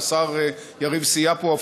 והשר יריב סייע פה,